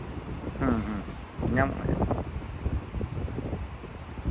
ᱧᱟᱢᱚᱜᱼᱟ ᱧᱟᱢᱚᱜᱼᱟ